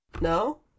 No